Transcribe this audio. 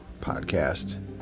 podcast